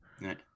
Right